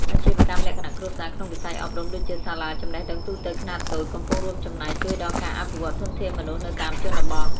អាជីវកម្មលក្ខណៈគ្រួសារក្នុងវិស័យអប់រំ ដូចជាសាលាចំណេះដឹងទូទៅខ្នាតតូច កំពុងរួមចំណែកជួយដល់ការអភិវឌ្ឍធនធានមនុស្សនៅតាមជនបទ។